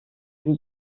wie